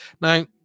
Now